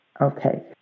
Okay